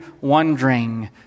wondering